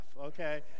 okay